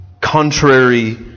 contrary